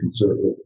conservative